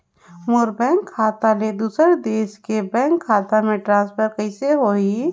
मोर bank खाता ले दुसर देश के बैंक खाता मे ट्रांसफर कइसे होही?